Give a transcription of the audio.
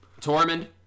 tormund